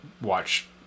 watch